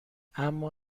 اما